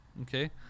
okay